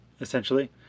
essentially